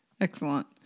Excellent